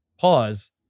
pause